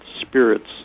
spirits